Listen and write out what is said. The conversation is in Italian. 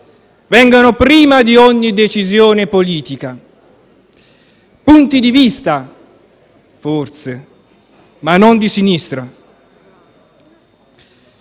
vengano prima di ogni decisione politica. Sono punti di vista, forse, ma non di sinistra.